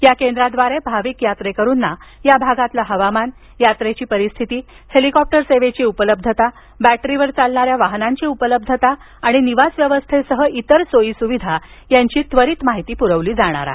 या केंद्राद्वारे भाविक यात्रेकरूंना या भागातील हवामान यात्रेची परिस्थिती हेलीकॉप्टर सेवेची उपलब्धता बॅटरीवर चालणाऱ्या वाहनांची उपलब्धता आणि निवास व्यवस्थेसह इतर सोयी सुविधा यांची माहिती पुरविली जाणार आहे